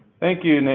thank you,